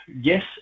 yes